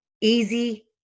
easy